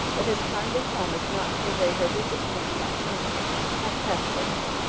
but has kindly promised not to delay her visit beyond that time half-past six.